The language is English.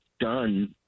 done